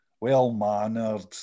well-mannered